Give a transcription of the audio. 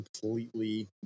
completely